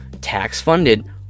tax-funded